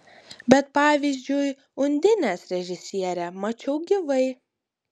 bet pavyzdžiui undinės režisierę mačiau gyvai